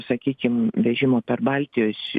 sakykim vežimo per baltijos